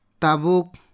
Tabuk